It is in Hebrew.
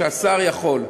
שהשר יכול.